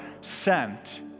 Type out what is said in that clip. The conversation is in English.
sent